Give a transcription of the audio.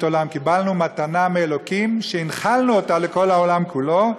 עולם" קיבלנו מתנה מאלוקים והנחלנו אותה לכל העולם כולו,